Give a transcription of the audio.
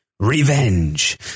Revenge